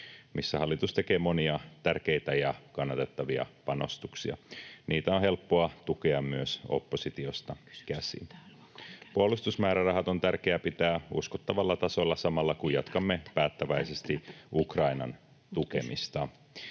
missä hallitus tekee monia tärkeitä ja kannatettavia panostuksia. Niitä on helppoa tukea myös oppositiosta käsin. Puolustusmäärärahat on tärkeää pitää uskottavalla tasolla samalla, kun jatkamme päättäväisesti Ukrainan tukemista.